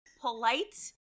polite